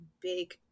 big